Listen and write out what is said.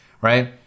right